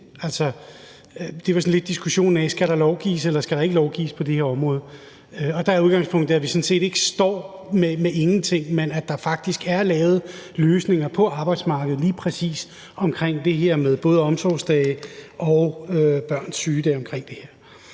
eller der ikke skal lovgives på det her område. Og der er udgangspunktet, at vi sådan set ikke står med ingenting, men at der faktisk er lavet løsninger på arbejdsmarkedet lige præcis omkring det her, både med omsorgsdage og børns sygedage.